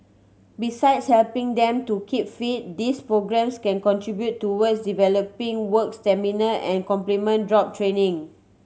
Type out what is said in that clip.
besides helping them to keep fit these programmes can contribute towards developing work stamina and complement job training